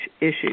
issues